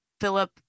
Philip